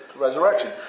resurrection